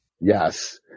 Yes